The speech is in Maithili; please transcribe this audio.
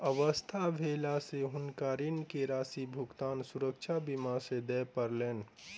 अस्वस्थ भेला से हुनका ऋण के राशि भुगतान सुरक्षा बीमा से दिय पड़लैन